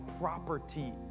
property